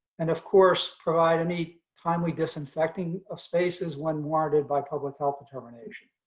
and of course, provide any timely disinfecting of spaces when warranted by public health determination.